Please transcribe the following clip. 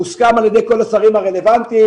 מוסכם על ידי כל השרים הרלוונטיים,